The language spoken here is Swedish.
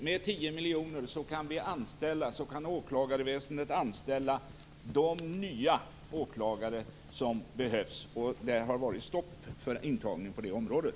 Med 10 miljoner kan åklagarväsendet anställa de nya åklagare som behövs. Det har ju varit stopp för intagningen på det området.